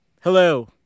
Hello